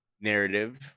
narrative